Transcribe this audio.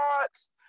thoughts